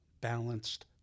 balanced